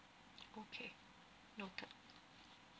okay noted